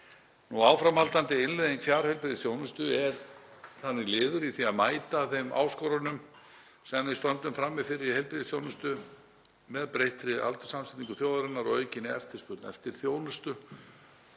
Áframhaldandi innleiðing fjarheilbrigðisþjónustu er þannig liður í því að mæta þeim áskorunum sem við stöndum frammi fyrir í heilbrigðisþjónustu með breyttri aldurssamsetningu þjóðarinnar og aukinni eftirspurn eftir þjónustu.